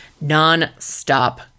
non-stop